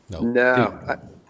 No